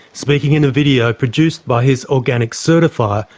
speaking in a video produced by his organic certifier,